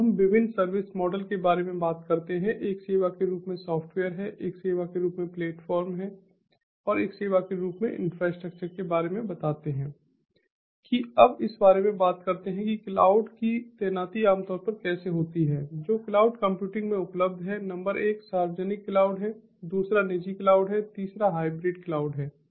अब हम विभिन्न सर्विस मॉडल के बारे में बात करते हैं एक सेवा के रूप में सॉफ्टवेयर एक सेवा के रूप में प्लेटफॉर्म और एक सेवा के रूप में इंफ्रास्ट्रक्चर के बारे में बताते हैं कि अब इस बारे में बात करते हैं कि क्लाउड की तैनाती आमतौर पर कैसे होती है जो क्लाउड कंप्यूटिंग में उपलब्ध हैं नंबर एक सार्वजनिक क्लाउड है दूसरा निजी क्लाउड है तीसरा हाइब्रिड क्लाउड है